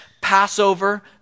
Passover